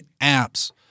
apps